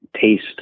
taste